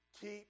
keep